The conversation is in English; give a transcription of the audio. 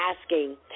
asking